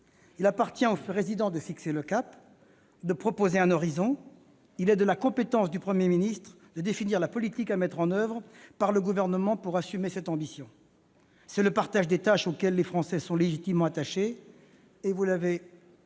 Il appartient au Président de fixer le cap, de proposer un horizon ; et il est de la compétence du Premier ministre de définir la politique à mettre en oeuvre par le Gouvernement pour assumer cette ambition. C'est le partage des tâches auquel les Français sont légitimement attachés,